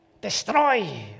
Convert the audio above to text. destroy